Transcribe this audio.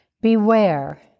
Beware